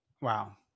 wow